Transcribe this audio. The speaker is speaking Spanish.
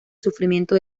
sufrimiento